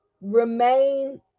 remain